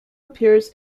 appears